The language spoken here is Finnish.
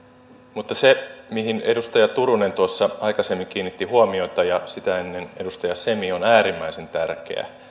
mutta se mihin edustaja turunen tuossa aikaisemmin kiinnitti huomiota ja sitä ennen edustaja semi on äärimmäisen tärkeää